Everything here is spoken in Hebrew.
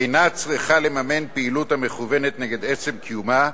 אינה צריכה לממן פעילות המכוונת נגד עצם קיומה,